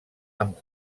amb